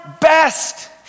best